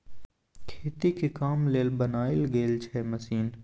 खेती के काम लेल बनाएल गेल छै मशीन